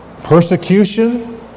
persecution